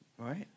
Right